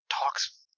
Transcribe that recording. talks